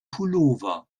pullover